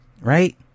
Right